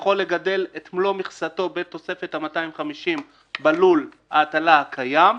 יכול לגדל את מלוא מכסתו בתוספת ה-250 בלול ההטלה הקיים,